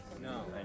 No